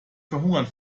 verhungern